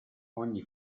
ogni